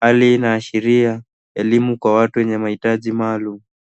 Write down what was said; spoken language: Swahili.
Hali inaashiria elimu kwa watu wenye mahitaji maalum.